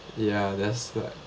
ya that's right